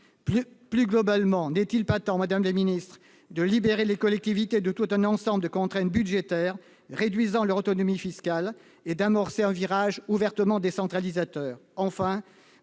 Plus globalement, n'est-il pas temps, madame la ministre, de libérer les collectivités de tout un ensemble de contraintes budgétaires qui réduisent leur autonomie fiscale et d'amorcer un virage ouvertement décentralisateur ?